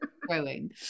growing